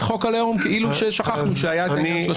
חוק הלאום כאילו ששכחנו שהיה העניין של השוויון.